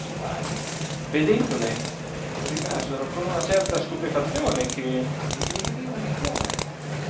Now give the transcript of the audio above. i quali vedendole rimasero con una certa stupefazione che li rodeva il cuore